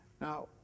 Now